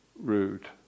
rude